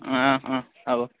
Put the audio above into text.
অঁ অঁ হ'ব